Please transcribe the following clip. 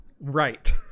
right